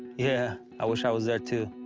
yeah, i wish i was there too.